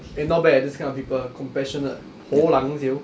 eh not bad eh these kind of people compassionate hou lang [siol]